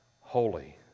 holy